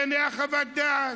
הינה חוות הדעת.